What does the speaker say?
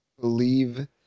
Believe